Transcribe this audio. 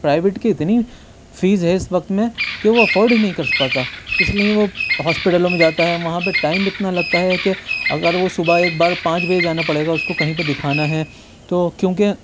private کی اتنی fees ہے اس وقت میں کہ وہ افورڈ ہی نہیں کر پاتا اس لیے وہ ہاسپٹلوں میں جاتا ہے وہاں پہ ٹائم اتنا لگتا ہے کہ اگر وہ صبح ایک بار پانچ بجے جانا پڑے گا اس کو کہیں پہ دکھانا ہے تو کیونکہ